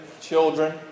children